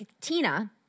Tina